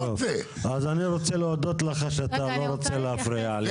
זה החלק הלא נעים של העבודה שלנו שאנחנו צריכים לקבל החלטות